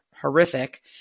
horrific